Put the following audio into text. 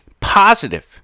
positive